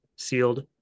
Sealed